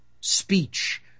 speech